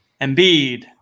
Embiid